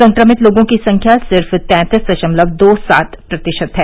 संक्रमित लोगों की संख्या सिर्फ तैंतीस दशमलव दो सात प्रतिशत है